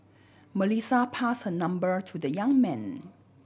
Melissa pass her number to the young man